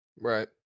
Right